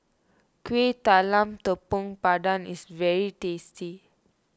Kueh Talam Tepong Pandan is very tasty